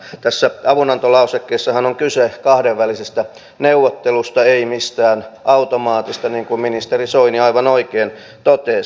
tässä avunantolausekkeessahan on kyse kahdenvälisestä neuvottelusta ei mistään automaatista niin kuin ministeri soini aivan oikein totesi